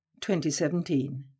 2017